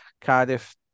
Cardiff